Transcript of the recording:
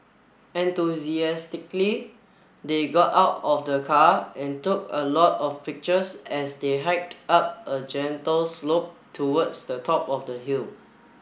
enthusiastically they got out of the car and took a lot of pictures as they hiked up a gentle slope towards the top of the hill